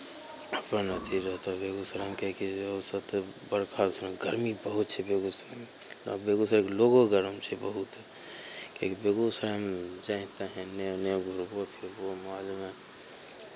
अपन अथी रहतह बेगूसरायमे काहेकि जे आओर सभ तऽ बरखा सनक गरमी बहुत छै बेगूसरायमे आब बेगूसरायके लोको गरम छै बहुत किएकि बेगूसरायमे जहेँ तहेँ इन्नऽ उन्नऽ घूरबो फिरबो मौजमे